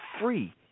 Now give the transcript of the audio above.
free